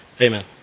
Amen